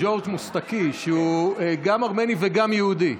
ז'ורז' מוסטקי, שהוא גם ארמני וגם יהודי.